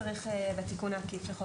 צריך כמובן בתיקון העקיף.